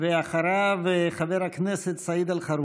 אחריו, חבר הכנסת סעיד אלחרומי.